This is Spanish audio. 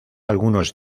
algunos